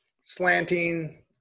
slanting